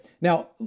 Now